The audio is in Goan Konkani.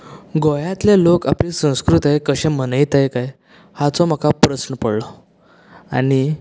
गोंयांतले लोक आपली संस्कृताय कशें मनयताय कांय हाचो म्हाका प्रस्न पडलो आनी